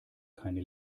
keine